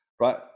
right